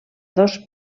dos